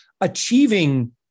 achieving